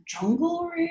jungle